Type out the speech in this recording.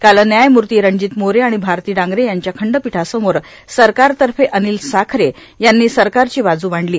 काल न्यायमूर्ती रणजित मोरे आणि भारती डांगरे यांच्या खंडपीठासमोर सरकारतर्फे अनिल साखरे यांनी सरकारची बाजू मांडली